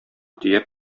төяп